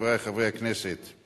חברי חברי הכנסת,